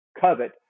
covet